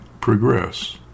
progress